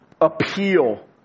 appeal